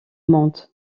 monde